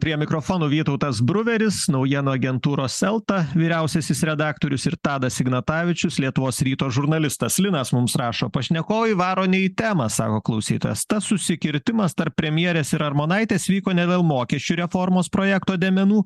prie mikrofono vytautas bruveris naujienų agentūros elta vyriausiasis redaktorius ir tadas ignatavičius lietuvos ryto žurnalistas linas mums rašo pašnekovai varo ne į temą sako klausytojas tas susikirtimas tarp premjerės ir armonaitės vyko ne dėl mokesčių reformos projekto dėmenų